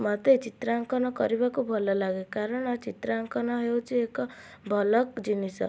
ମୋତେ ଚିତ୍ରାଙ୍କନ କରିବାକୁ ଭଲ ଲାଗେ କାରଣ ଚିତ୍ରାଙ୍କନ ହେଉଛି ଏକ ଭଲ ଜିନିଷ